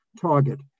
target